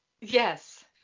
yes